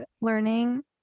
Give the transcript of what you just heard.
learning